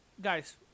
Guys